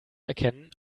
erkennen